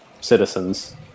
citizens